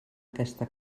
aquesta